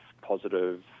positive